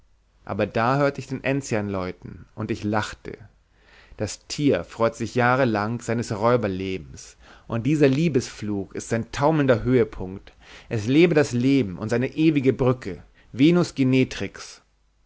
aber da hörte ich den enzian läuten und ich lachte das tier freut sich jahrelang seines räuberlebens und dieser liebesflug ist sein taumelnder höhepunkt es lebe das leben und seine ewige brücke venus